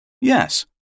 Yes